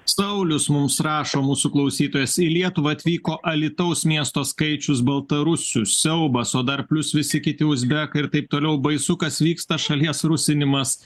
saulius mums rašo mūsų klausytojas į lietuvą atvyko alytaus miesto skaičius baltarusių siaubas o dar plius visi kiti uzbekai ir taip toliau baisu kas vyksta šalies rusinimas